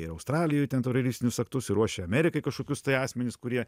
ir australijoj ten teroristinius aktus ir ruošė amerikai kažkokius tai asmenis kurie